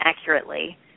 accurately